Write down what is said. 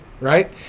right